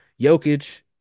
Jokic